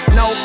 no